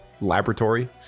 laboratory